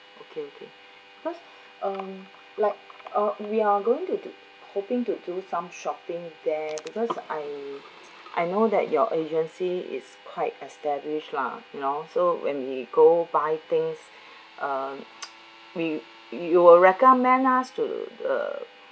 okay okay cause um like uh we are going to hoping to do some shopping there because I I know that your agency is quite established lah you know so when we go buy things um we we you recommend us to uh